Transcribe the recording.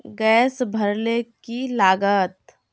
Gas भरले की लागत?